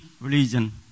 religion